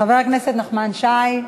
חבר הכנסת נחמן שי,